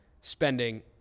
spending